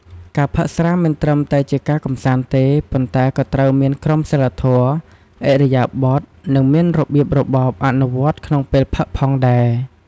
ការផឹកស្រា មិនត្រឹមតែជាការកម្សាន្តទេ ប៉ុន្តែក៏ត្រូវមានក្រមសីលធម៌ ឥរិយាបថ និងមានរបៀបរបបអនុវត្តក្នុងពេលផឹកផងដែរ។